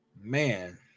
Man